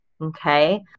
okay